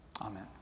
Amen